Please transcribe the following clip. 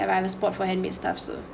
I have a spot for handmade stuff so